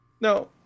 no